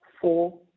four